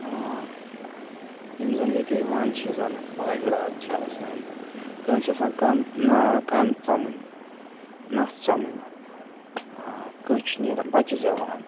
یِم زَن ییٚتہِ یِوان چھِ زَن مٲنٛزِ رات چھِ آسان کٲنٛسہِ چھِ آسان کَن کَن ژۄمٕنۍ نَس ژۄمٕنۍ کٲنٛسہِ چھُ نیران بَچہِ زٮ۪وان